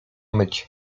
myć